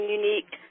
unique